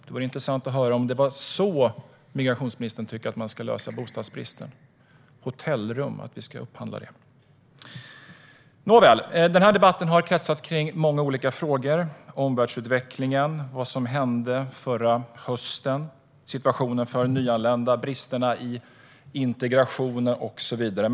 Det vore intressant att höra om migrationsministern tycker att man ska lösa problemet med bostadsbristen genom att upphandla hotellrum. Nåväl, den här debatten har kretsat kring många olika frågor: omvärldsutvecklingen, vad som hände förra hösten, situationen för nyanlända, bristerna i integration och så vidare.